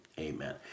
amen